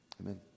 Amen